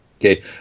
Okay